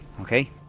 Okay